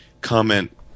comment